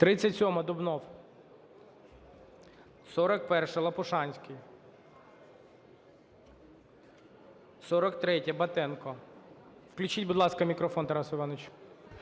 37-а, Дубнов. 41-а, Лопушанський. 43-я, Батенко. Включіть, будь ласка, мікрофон Тарасу Івановичу.